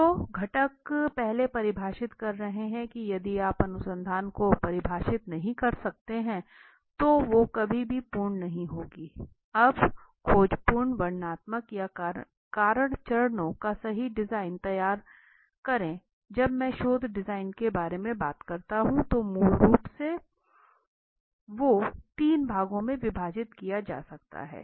तो घटक पहले परिभाषित कर रहे हैं कि यदि आप अपने अनुसंधान को परिभाषित नहीं कर सकते हैं तो वो कभी भी पूर्ण नहीं होगी अब खोजपूर्ण वर्णनात्मक या कारण चरणों का सही डिजाइन तैयार करें जब मैं शोध डिजाइन के बारे में बात करता हूं तो मूल रूप से I को तीन भागों में विभाजित किया जा सकता है